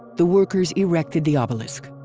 the workers erected the obelisk.